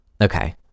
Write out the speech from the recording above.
okay